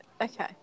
okay